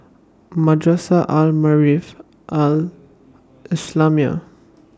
Madrasah Al Maarif Al Islamiah